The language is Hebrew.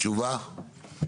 תשובה?